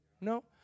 No